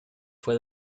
fue